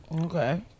Okay